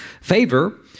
Favor